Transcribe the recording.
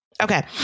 Okay